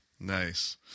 nice